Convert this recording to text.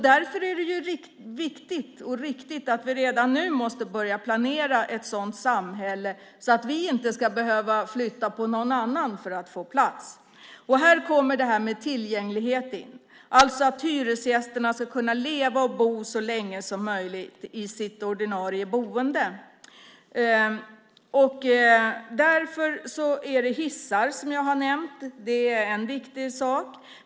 Därför är det viktigt och riktigt att redan nu börja planera för ett sådant samhälle, så att vi inte ska behöva flytta på någon annan för att få plats. Här kommer det här med tillgänglighet in, alltså att hyresgästerna ska kunna leva och bo så länge som möjligt i sitt ordinarie boende. Därför är hissar, som jag har nämnt, en viktig sak.